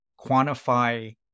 quantify